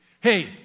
Hey